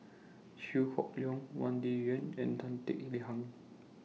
Chew Hock Leong Wang Dayuan and Tan Kek Hiang